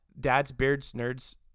dadsbeardsnerds